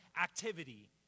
activity